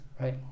right